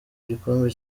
gikombe